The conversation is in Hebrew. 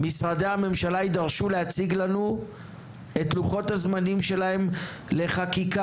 משרדי הממשלה יידרשו להציג לנו את לוחות הזמנים שלהם לחקיקה,